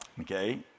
Okay